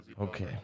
Okay